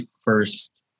first